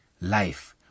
life